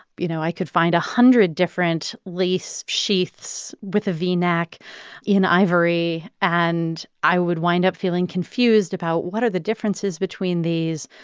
you know, i could find a hundred different lace sheaths with a v-neck in ivory, and i would wind up feeling confused about, what are the differences between these,